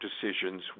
decisions